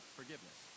forgiveness